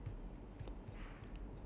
next your question